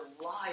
life